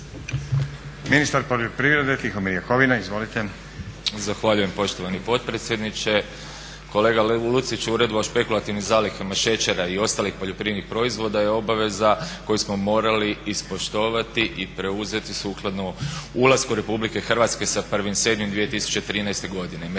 Ministar poljoprivrede Tihomir Jakovina, izvolite. **Jakovina, Tihomir (SDP)** Zahvaljujem poštovani potpredsjedniče. Kolega Lucić u …/Govornik se ne razumije./… špekulativnih zalihama šećera i ostalih poljoprivrednih proizvoda je obaveza koju smo morali ispoštovati i preuzeti sukladno ulasku Republike Hrvatske sa 1.7.2013. godine.